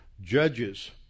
Judges